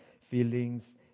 feelings